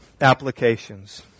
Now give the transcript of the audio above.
applications